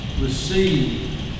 receive